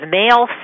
male